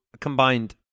combined